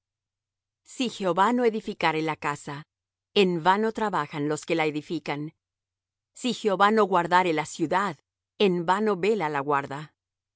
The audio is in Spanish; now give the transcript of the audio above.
si jehová no edificare la casa en vano trabajan los que la edifican si jehová no guardare la ciudad en vano vela la guarda